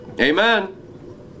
Amen